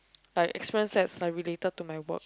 like experience that related to my work